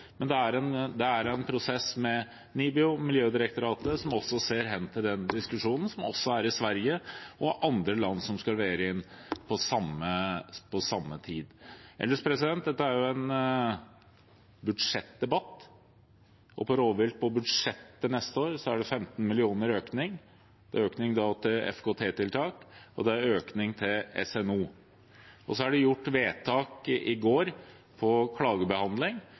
Men det er en prosess med NIBIO og Miljødirektoratet, som også ser hen til den diskusjonen som er i Sverige og andre land som skal levere inn på samme tid. Ellers er jo dette en budsjettdebatt, og når det gjelder rovvilt, er det på budsjettet for neste år 15 mill. kr i økning. Det er økning til FKT-tiltak, og det er økning til SNO. Det ble i går gjort vedtak når det gjelder klagebehandling. Det er klart at når vi følger opp rovviltpolitikken, er det